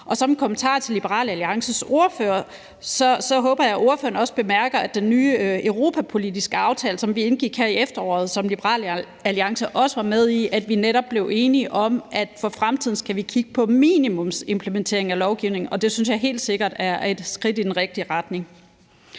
Og som en kommentar til Liberal Alliances ordfører håber jeg også, at ordføreren bemærker, at vi i forbindelse med den nye europapolitiske aftale, som vi indgik her i efteråret, og som Liberal Alliance også var med i, netop blev enige om, at vi for fremtiden skal kigge på en minimumsimplementering af lovgivningen, og det synes jeg helt sikkert er et skridt i den rigtige retning.